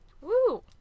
woo